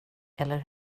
eller